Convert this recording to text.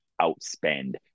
outspend